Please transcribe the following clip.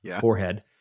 forehead